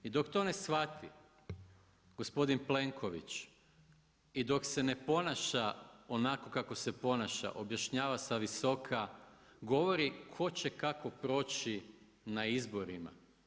I dok to ne shvati gospodin Plenković i dok se ne ponaša onako kako se ponaša, objašnjava sa visoka, govori tko će kako proći na izborima.